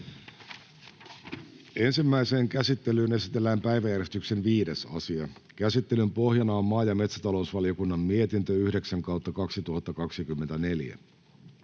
Ensimmäiseen käsittelyyn esitellään päiväjärjestyksen 5. asia. Käsittelyn pohjana on maa- ja metsätalousvaliokunnan mietintö MmVM